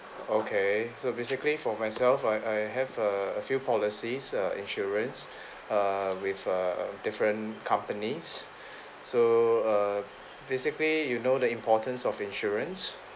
okay so basically for myself I I have a a few policies err insurance err with a different companies so err basically you know the importance of insurance